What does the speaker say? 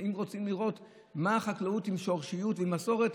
אם רוצים לראות את החקלאות עם שורשיות ועם מסורת,